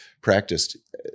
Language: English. practiced